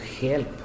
help